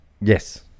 Yes